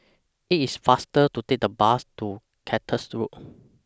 IT IS faster to Take The Bus to Cactus Road